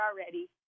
already